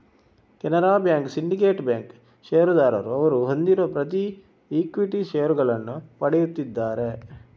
Canara Bank, Syndicate Bank ಷೇರುದಾರರು ಅವರು ಹೊಂದಿರುವ ಪ್ರತಿ ಈಕ್ವಿಟಿ ಷೇರುಗಳನ್ನು ಪಡೆಯುತ್ತಿದ್ದಾರೆ